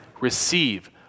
receive